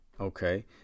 okay